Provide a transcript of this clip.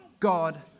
God